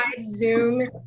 Zoom